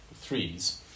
threes